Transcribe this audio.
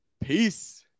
Peace